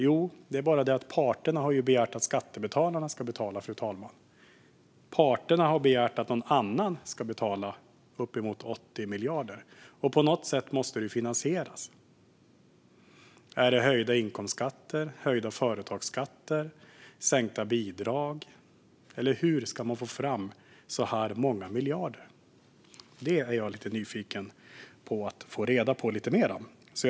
Ja, det är bara det att parterna har begärt att skattebetalarna ska betala, fru talman. Parterna har begärt att någon annan ska betala uppemot 80 miljarder. På något sätt måste det ju finansieras. Ska det ske genom höjda inkomstskatter, höjda företagsskatter eller sänkta bidrag, eller hur ska man få fram så här många miljarder? Det är jag nyfiken på att få reda på lite mer om.